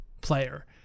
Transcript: player